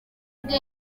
ubwe